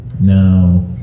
Now